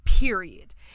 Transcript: Period